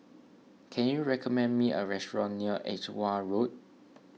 can you recommend me a restaurant near Edgware Road